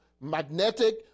magnetic